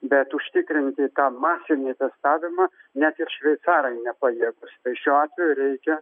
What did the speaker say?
bet užtikrinti tą masinį testavimą net ir šveicarai nepajėgūs tai šiuo atveju reikia